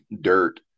dirt